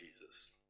Jesus